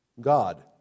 God